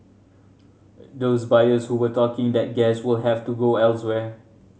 those buyers who were taking that gas will have to go elsewhere